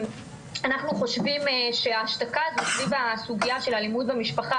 אנחנו חושבים שהשתקה סביב הסוגייה של אלימות במשפחה,